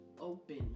open